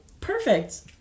Perfect